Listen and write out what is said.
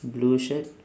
blue shirt